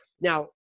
Now